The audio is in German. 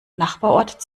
nachbarort